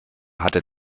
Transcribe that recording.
hatte